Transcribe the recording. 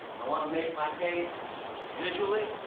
i wanna make my case visually